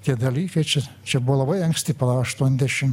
tie dalykai čia čia buvo labai anksti pala aštuoniasdešim